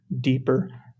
deeper